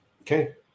Okay